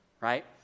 right